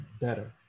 better